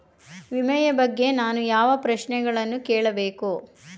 ವಿಮೆಯ ಬಗ್ಗೆ ನಾನು ಯಾವ ಪ್ರಶ್ನೆಗಳನ್ನು ಕೇಳಬೇಕು?